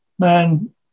Man